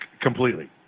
completely